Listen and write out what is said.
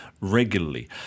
regularly